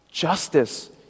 Justice